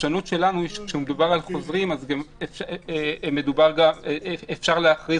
והפרשנות שלנו כשמדובר על חוזרים אפשר להכריז